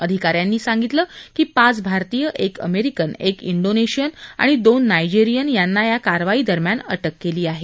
अधिका यांनी सांगितलं की पाच भारतीय एक अमेरिकन एक डोनेशियन आणि दोन नायजेरियन यांना या कारवाई दरम्यान अटक केली आहे